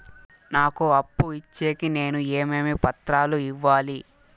నాకు అప్పు ఇచ్చేకి నేను ఏమేమి పత్రాలు ఇవ్వాలి